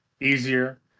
easier